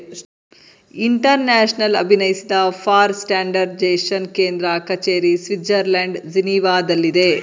international ಅಭಿನಯಿಸಿದ for standardisation ಕೇಂದ್ರ ಕಚೇರಿ ಸ್ವಿಡ್ಜರ್ಲ್ಯಾಂಡ್ ಜಿನೀವಾದಲ್ಲಿದೆ